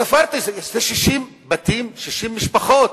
ספרתי, זה 60 בתים, 60 משפחות.